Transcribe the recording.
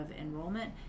Enrollment